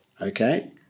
Okay